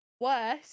Worse